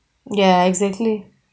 ya exactly